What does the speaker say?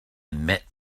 met